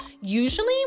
usually